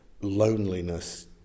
loneliness